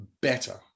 better